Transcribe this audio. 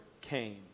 came